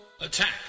Attack